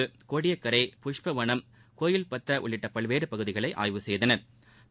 இன்று கோடியக்கரை புஷ்பவனம் கோவிப்பத்த உள்ளிட்ட பல்வேறு பகுதிகளை ஆய்வு செய்தனா்